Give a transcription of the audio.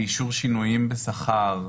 באישור שינויים בשכר,